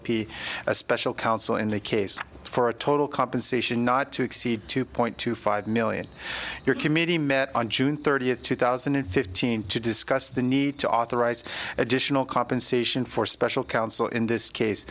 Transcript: p a special counsel in the case for a total compensation not to exceed two point two five million your committee met on june thirtieth two thousand and fifteen to discuss the need to authorize additional compensation for special counsel in this case